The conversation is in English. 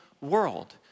world